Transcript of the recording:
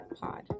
Pod